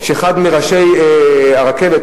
שאחד מראשי הרכבת,